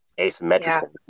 asymmetrical